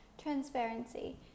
Transparency